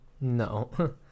No